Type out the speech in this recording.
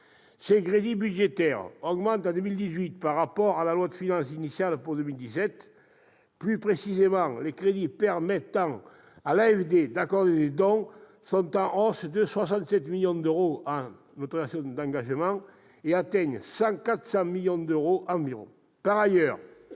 Les crédits budgétaires de l'agence augmentent par rapport à la loi de finances initiale pour 2017. Plus précisément, les crédits permettant à l'AFD d'accorder des dons sont en hausse de 67 millions d'euros en autorisations d'engagement, pour atteindre 400 millions d'euros environ. Par ailleurs,